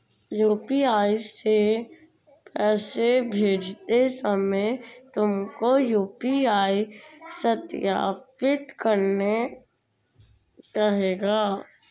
UPI से पैसे भेजते समय तुमको यू.पी.आई सत्यापित करने कहेगा